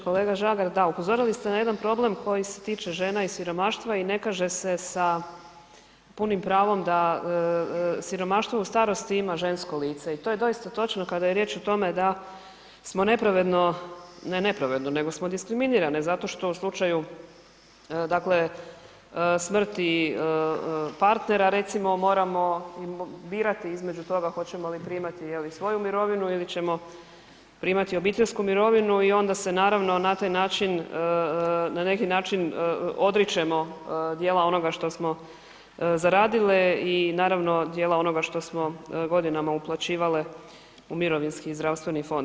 Kolega Žagar, da, upozorili ste na jedan problem koji se tiče žena i siromaštva i ne kaže se sa punim pravom da siromaštvo u starosti ima žensko lice i to je doista točno kada je riječ o tome da smo nepravedno, ne nepravedno nego smo diskriminirane zato što u slučaju dakle smrti partnera, recimo moramo birati između toga hoćemo li primati je li, svoju mirovina ili ćemo primati obiteljsku mirovinu i onda se naravno, na taj način, na neki način odričemo dijela onoga što smo zaradile i naravno, dijela onoga što smo godinama uplaćivale u mirovinski i zdravstveni fond.